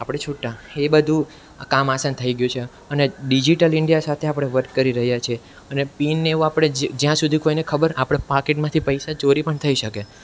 આપણે છૂટા એ બધું કામ આ કામ આસન થઈ ગયું છે અને ડિઝિટલ ઈન્ડિયા સાથે આપણે વર્ક કરી રહ્યા છીએ અને પિનને એવું આપણે જ્યાં સુધી કોઈને ખબર આપણે પાકીટમાંથી પૈસા ચોરી પણ થઈ શકે